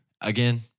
Again